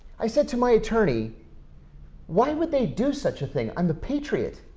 i said to my attorney why would they do such a thing? i'm a patriot.